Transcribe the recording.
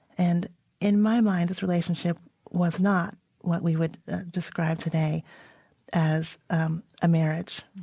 and in my mind, this relationship was not what we would describe today as a marriage.